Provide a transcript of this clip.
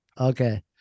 okay